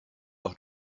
auch